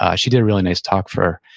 ah she did a really nice talk for,